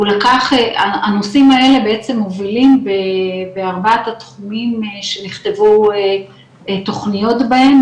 והוא לקח הנושאים האלה בעצם מובילים בארבעת התחומים שנכתבו תוכניות בהם,